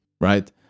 right